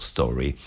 Story